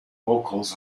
vocals